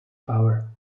power